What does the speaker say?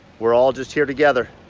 we're all just here together.